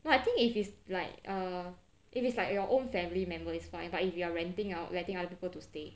no I think is is like err if it's like your own family member is fine but if you are renting out letting other people to stay